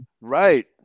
Right